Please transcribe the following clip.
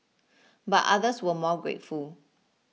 but others were more grateful